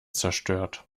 zerstört